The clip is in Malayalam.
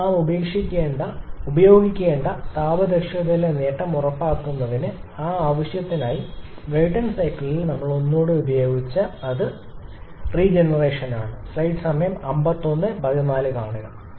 അതിനാൽ നാം ഉപയോഗിക്കേണ്ട താപ ദക്ഷതയിലെ നേട്ടം ഉറപ്പാക്കുന്നതിന് ആ ആവശ്യത്തിനായി ബ്രൈടൺ സൈക്കിളിൽ ഞങ്ങൾ വീണ്ടും ഉപയോഗിച്ച ഒന്ന് അത് പുനരുജ്ജീവനമാണ്